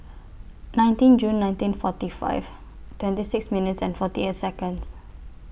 nineteen June nineteen forty five twenty six minutes and forty eight Seconds